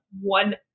one